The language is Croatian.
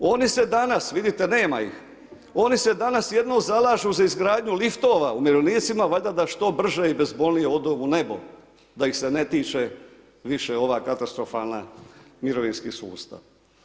Oni se danas vidite nema ih, oni se danas jedino zalažu za izgradnju liftova umirovljenicima, valjda da što brže i bezbolnije odu u nebo, da ih se ne tiče više ovaj katastrofalan mirovinski sustav.